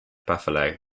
buffalo